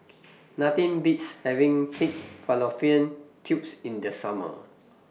Nothing Beats having Pig Fallopian Tubes in The Summer